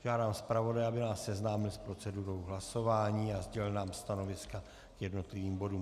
Požádám zpravodaje, aby nás seznámil s procedurou hlasování a sdělil nám stanoviska k jednotlivým bodům.